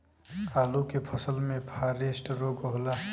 आलू के फसल मे फारेस्ट रोग होला?